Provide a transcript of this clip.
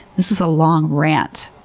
this is a long rant.